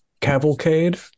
cavalcade